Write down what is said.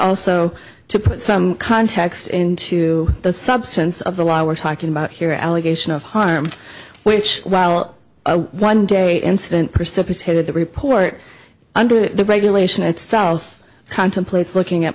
also to put some context into the substance of the law we're talking about here allegation of harm which while one day incident precipitated the report under the regulation itself contemplates looking at